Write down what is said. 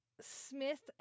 Smith